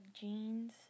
jeans